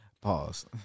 Pause